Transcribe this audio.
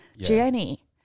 Jenny